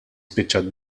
spiċċat